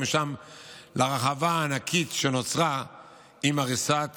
ומשם לרחבה הענקית שנוצרה עם הריסת